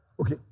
Okay